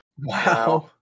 Wow